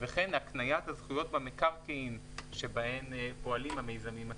וכן הקניית הזכויות במקרקעין שבהן פועלים המיזמים הקיימים.